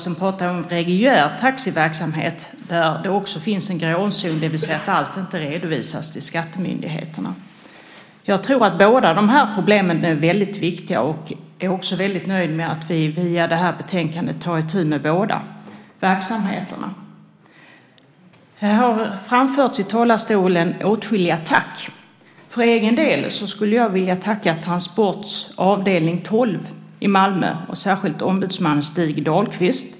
Vi pratar också om reguljär taxiverksamhet, där det också finns en gråzon, det vill säga att allt inte redovisas till skattemyndigheterna. Jag tror att båda problemen är viktiga, och jag är också nöjd med att vi via betänkandet tar itu med båda verksamheterna. Här har framförts åtskilliga tack från talarstolen. För egen del skulle jag vilja tacka Transports avdelning 12 i Malmö, och särskilt ombudsmannen Stig Dahlqvist.